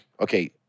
okay